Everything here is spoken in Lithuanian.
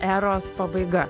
eros pabaiga